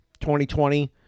2020